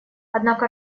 однако